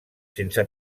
sense